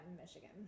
Michigan